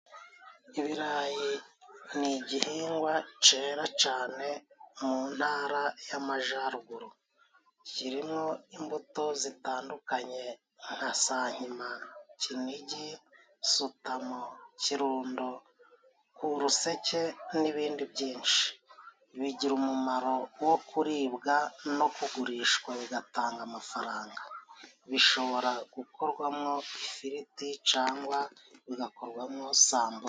Ibirayi nigihingwa cyera cyane mu ntara y'amajyaruguru. Kirimo imbuto zitandukanye nka sankima, kinigi, sutamo, kirundo, kuruseke n'ibindi byinshi. Bigira umumaro wo kuribwa, no kugurishwa bigatanga amafaranga. bishobora gukorwamwo ifiriti cyangwa bigakorwamosambu.